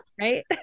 right